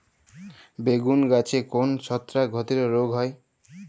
বেগুন গাছে কোন ছত্রাক ঘটিত রোগ হয়?